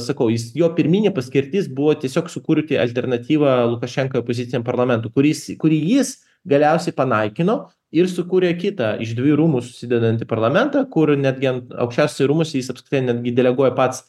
sakau jis jo pirminė paskirtis buvo tiesiog sukurti alternatyvą lukašenkai opoziciniam parlamentui kuris kurį jis galiausiai panaikino ir sukūrė kitą iš dviejų rūmų susidedantį parlamentą kur netgi ant aukščiausiuose rūmuose jis apskritai netgi deleguoja pats